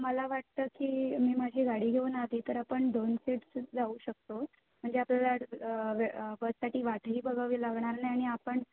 मला वाटतं की मी माझी गाडी घेऊन आली तर आपण दोन सीट्स जाऊ शकतो म्हणजे आपल्याला बससाठी वाटही बघावी लागणार नाही आणि आपण